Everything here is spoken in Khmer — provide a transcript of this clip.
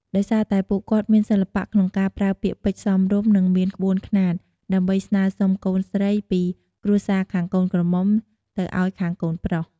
ដោយសារតែ ពួកគាត់មានសិល្បៈក្នុងការប្រើពាក្យពេចន៍សមរម្យ និងមានក្បួនខ្នាត ដើម្បីស្នើសុំកូនស្រីពីគ្រួសារខាងកូនក្រមុំទៅឱ្យខាងកូនប្រុស។